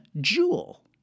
jewel